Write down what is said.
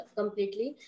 completely